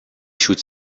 should